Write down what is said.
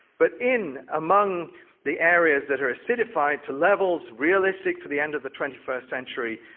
but in among the areas that are acidified to levels realistic for the end of the twenty first century,